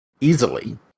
Easily